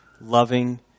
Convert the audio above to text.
loving